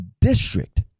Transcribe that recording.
district